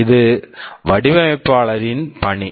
இது வடிவமைப்பாளரின் பணி